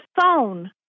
phone